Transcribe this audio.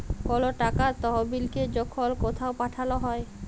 call টাকার তহবিলকে যখল কথাও পাঠাল হ্যয়